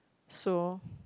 so